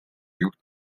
juht